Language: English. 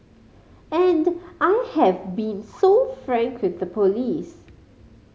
and I have been so frank with the police